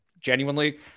genuinely